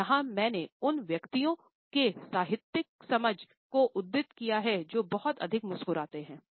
और यहाँ मैंने उन व्यक्तित्वों की साहित्यिक समझ उद्धृत कि है जो बहुत अधिक मुस्कुराते है